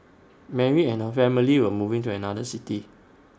Mary and her family were moving to another city